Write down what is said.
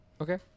Okay